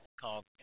called